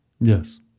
Yes